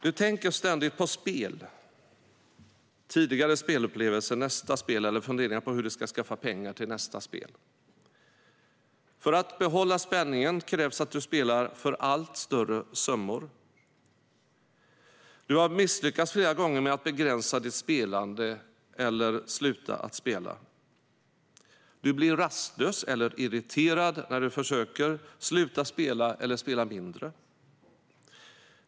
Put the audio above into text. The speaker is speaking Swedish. "Du tänker ständigt på spel . För att behålla spänningen krävs att du spelar för allt större summor. Du har misslyckats flera gånger med att begränsa ditt spelande eller sluta att spela. Du blir rastlös eller irriterad när du försöker sluta spela eller spela mindre.